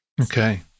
Okay